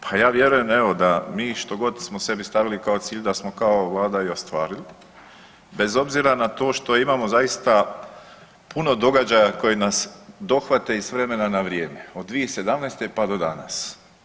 Pa ja vjerujem evo mi što god da smo sebi stavili kao cilj da smo kao vlada i ostvarili bez obzira na to što imamo zaista puno događaja koji nas dohvate i s vremena na vrijeme od 2017. pa do danas.